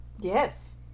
Yes